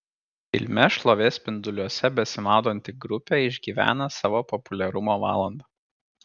filme šlovės spinduliuose besimaudanti grupė išgyvena savo populiarumo valandą